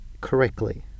correctly